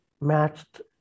matched